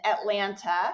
Atlanta